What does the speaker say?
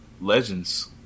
Legends